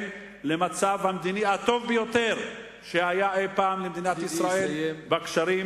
למצב המדיני הטוב ביותר שהיה אי-פעם למדינת ישראל בקשרים